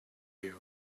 you